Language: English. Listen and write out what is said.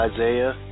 Isaiah